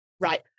right